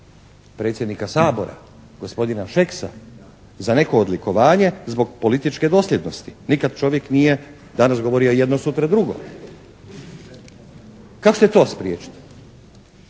predsjednika Sabora, gospodina Šeksa za neko odlikovanje zbog političke dosljednosti. Nikad čovjek nije danas govorio jedno, sutra drugo. Kako ćete to spriječiti?